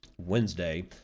Wednesday